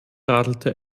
radelte